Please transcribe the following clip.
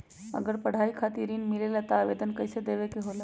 अगर पढ़ाई खातीर ऋण मिले ला त आवेदन कईसे देवे के होला?